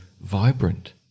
vibrant